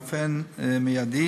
מייד,